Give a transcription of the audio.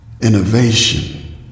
innovation